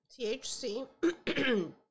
THC